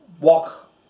Walk